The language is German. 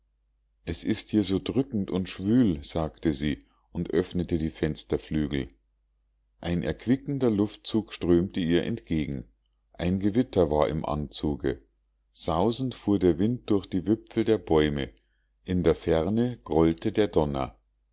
es ist hier so drückend und schwül sagte sie und öffnete die fensterflügel ein erquickender luftzug strömte ihr entgegen ein gewitter war im anzuge sausend fuhr der wind durch die wipfel der bäume in der ferne grollte der donner